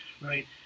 right